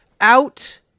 out